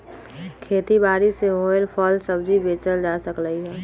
खेती बारी से होएल फल सब्जी बेचल जा सकलई ह